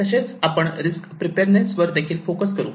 तसेच आपण risk preparedness वर देखील फोकस करू